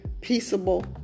peaceable